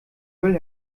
müll